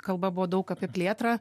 kalba buvo daug apie plėtrą